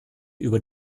über